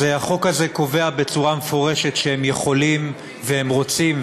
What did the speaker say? אז החוק הזה קובע בצורה מפורשת שהם יכולים והם רוצים,